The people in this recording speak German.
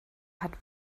hat